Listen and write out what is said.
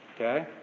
okay